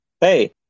hey